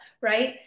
right